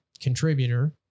contributor